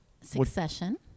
Succession